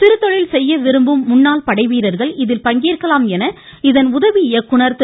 சிறு தொழில் செய்ய விரும்பும் முன்னாள் படைவீரர்கள் இதில் பங்கேற்கலாம் என இதன் உதவி இயக்குனர் திரு